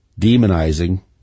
demonizing